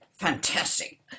fantastic